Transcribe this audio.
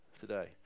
today